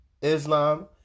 Islam